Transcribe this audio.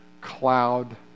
cloud